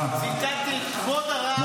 ציטטתי את כבוד הרב -- תודה רבה.